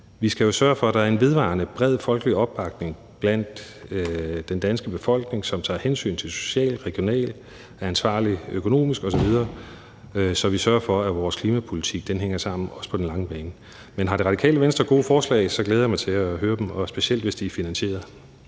vi skal jo sørge for, at der er en vedvarende bred folkelig opbakning i den danske befolkning, der tager hensyn til det sociale, regionale og er ansvarlig økonomisk osv., så vi sørger for, at vores klimapolitik hænger sammen, også på den lange bane. Men har Radikale Venstre gode forslag, glæder jeg mig til at høre dem – og specielt, hvis de er finansieret.